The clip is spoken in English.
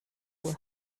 were